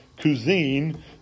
cuisine